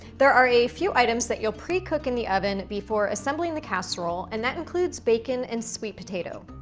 there are a few items that you'll precook in the oven before assembling the casserole. and that includes bacon and sweet potato.